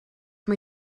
mae